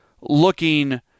looking